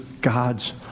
God's